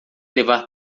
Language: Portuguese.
levar